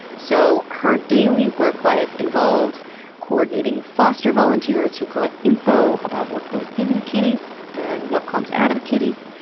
so her daily work life involves coordinating foster volunteers who collect info about what goes into the kitties, and what comes out of the kitties,